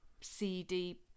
cd